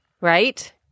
Right